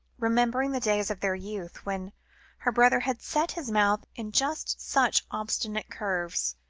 remembering the days of their youth, when her brother had set his mouth in just such obstinate curves,